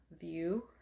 view